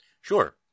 Sure